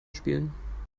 spielen